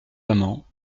amants